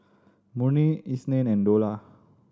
Murni Isnin and Dollah